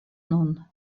nun